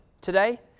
today